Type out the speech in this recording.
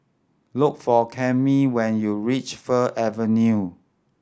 look for Camille when you reach Fir Avenue